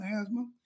asthma